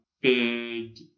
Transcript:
big